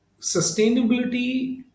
sustainability